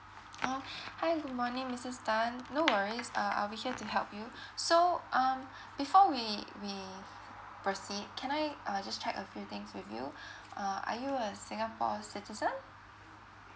oh hi good morning missus tan no worries uh I'll be here to help you so um before we we proceed can I uh just check a few things with you uh are you a singapore citizen